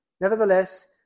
Nevertheless